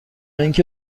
اینکه